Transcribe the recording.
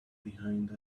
behind